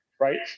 Right